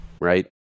right